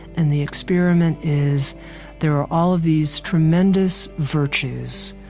and the experiment is there are all of these tremendous virtues,